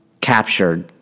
captured